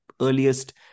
earliest